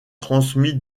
transmis